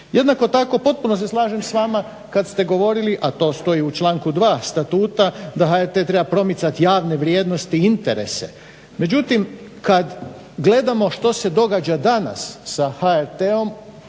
Jednako tako potpuno se slažem s vama kad ste govorili, a to stoji u članku 2. Statuta da HRT treba promicat javne vrijednosti, interese. Međutim kad gledamo što se događa danas sa HRT-om